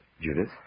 Judith